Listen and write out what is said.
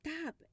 Stop